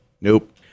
Nope